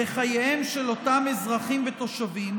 לחייהם של אותם אזרחים ותושבים,